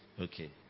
Okay